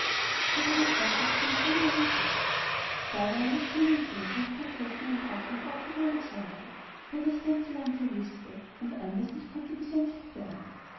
johannes wassersprung kam in eine stadt da war alles still und traurig weil die prinzessin einem drachen sollte geopfert werden der das ganze land verwüstete und anders nicht konnte besänftigt werden